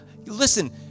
listen